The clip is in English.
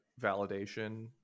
validation